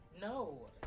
No